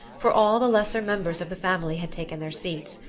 for all the lesser members of the family had taken their seats,